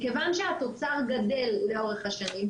מכיוון שהתוצר גדל לאורך השנים,